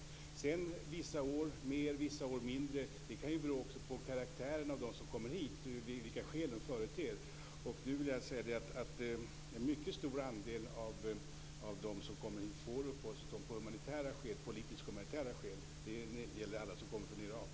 Vissa år avslås fler ansökningar och vissa år färre. Det kan också bero på karaktären på dem som kommer hit, vilka skäl de företer. Och nu vill jag säga att en mycket stor andel av dem som kommer hit får uppehållstillstånd av politiskt humanitära skäl. Det gäller alla som kommer från Irak.